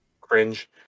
cringe